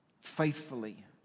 faithfully